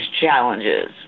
challenges